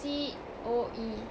C_O_E